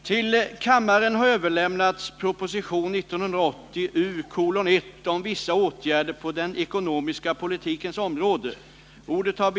Till kammaren har överlämnats proposition 1980 U:1 om vissa åtgärder på den ekonomiska politikens område.